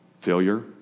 failure